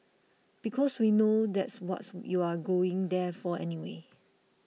because we know that's what's you're going there for anyway